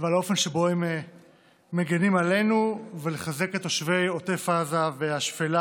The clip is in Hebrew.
ועל האופן שבו הם מגינים עלינו ולחזק את תושבי עוטף עזה והשפלה